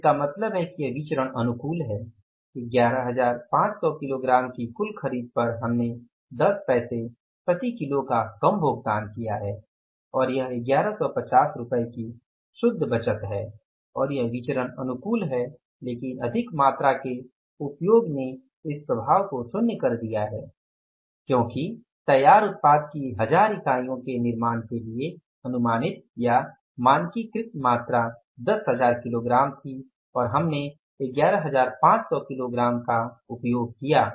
तो इसका मतलब यह है कि यह विचरण अनुकूल है 11500 किलोग्राम की कुल खरीद पर हमने १० पैसे प्रति किलो का कम भुगतान किया है और 1150 की शुद्ध बचत है और यह विचरण अनुकूल है लेकिन अधिक मात्रा के उपयोग ने इस प्रभाव को शून्य कर दिया क्योंकि तैयार उत्पाद की 1000 इकाइयों के निर्माण के लिए अनुमानित या मानकीकृत मात्रा 10000 किलोग्राम थी और हमने 11500 किलोग्राम का उपयोग किया